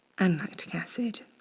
and lactic acid.